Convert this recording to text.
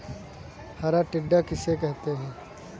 हरा टिड्डा किसे कहते हैं?